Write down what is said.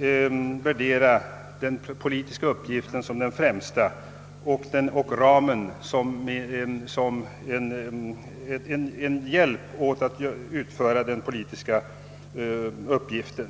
anse den politiska uppgiften vara den främsta och ramen såsom en hjälp att utföra denna uppgift.